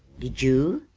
did you?